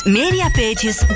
mediapages